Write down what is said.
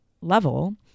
level